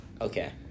Okay